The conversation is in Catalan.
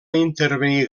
intervenir